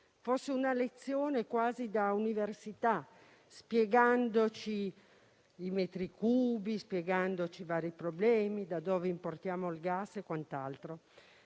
una lezione quasi da Università, spiegandoci i metri cubi, spiegandoci vari problemi, da dove importiamo il gas e altro.